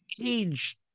age